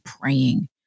praying